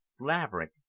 Laverick